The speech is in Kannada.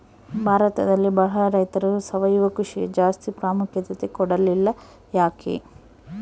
ಭಾರತದಲ್ಲಿ ಬಹಳ ರೈತರು ಸಾವಯವ ಕೃಷಿಗೆ ಜಾಸ್ತಿ ಪ್ರಾಮುಖ್ಯತೆ ಕೊಡ್ತಿಲ್ಲ ಯಾಕೆ?